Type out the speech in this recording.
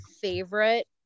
favorite